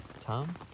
tom